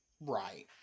right